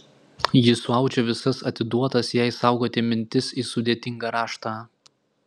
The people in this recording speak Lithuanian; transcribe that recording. jis suaudžia visas atiduotas jai saugoti mintis į sudėtingą raštą